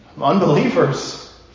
unbelievers